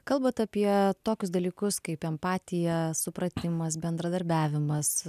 kalbant apie tokius dalykus kaip empatija supratimas bendradarbiavimas